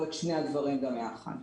או את שני הדברים גם יחד.